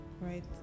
right